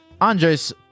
Andres